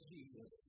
Jesus